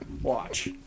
Watch